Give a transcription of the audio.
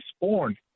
born